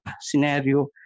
scenario